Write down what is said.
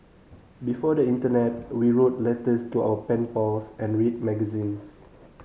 before the internet we wrote letters to our pen pals and read magazines